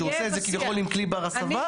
שהוא עושה את זה כביכול עם כלי בר הסבה,